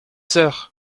soeur